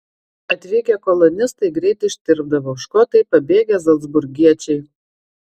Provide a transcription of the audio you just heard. atvykę kolonistai greit ištirpdavo škotai pabėgę zalcburgiečiai